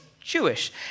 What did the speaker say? Jewish